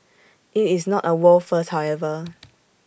IT is not A world first however